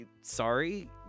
sorry